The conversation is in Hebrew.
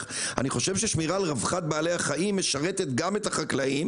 להיפך; אני חושב ששמירה על רווחת בעלי החיים משרתת את החקלאים,